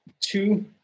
two